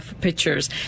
pictures